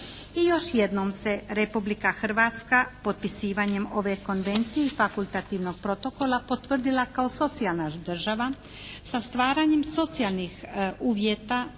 I još jednom se Republika Hrvatska potpisivanjem ove Konvencije i fakultativnog protokola potvrdila kao socijalna država sa stvaranjem socijalnih uvjeta